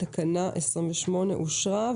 תקנה 28 אושרה.